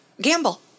gamble